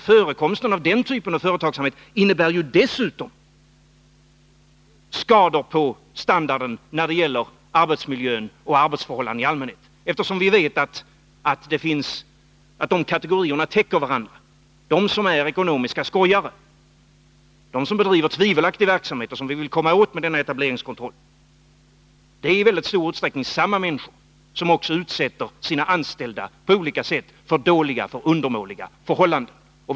Förekomsten av den typen av företagsamhet innebär ju också skador på arbetsmiljön och försämrar arbetsförhållandena i allmänhet. Vi vet att de områdena går in i varandra. Ekonomiska skojare som bedriver tvivelaktig verksamhet, sådana som vi vill komma åt med etableringskontrollen, är i väldigt stor utsträckning samma människor som också utsätter sina anställda för undermåliga förhållanden på olika sätt.